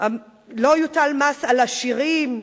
לא יוטל מס על עשירים.